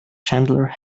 chandler